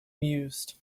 mused